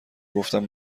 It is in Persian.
گفتم